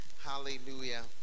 Hallelujah